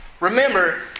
Remember